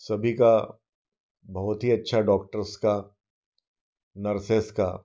सभी का बहुत ही अच्छा डॉक्टर्स का नर्सेज़ का